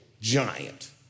giant